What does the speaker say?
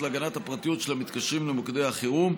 להגנת הפרטיות של המתקשרים למוקדי החירום,